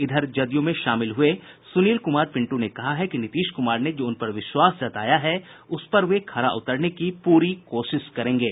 इधर जदयू में शामिल हुए सुनील कुमार पिंट् ने कहा है कि नीतीश कुमार ने जो उन पर विश्वास जताया है उस पर वे खरा उतरने की पूरी कोशिश करेंगे